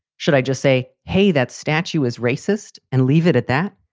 should i just say, hey, that statue is racist and leave it at that?